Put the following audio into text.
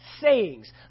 sayings